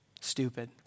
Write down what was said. stupid